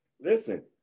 listen